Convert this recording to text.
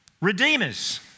redeemers